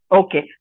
okay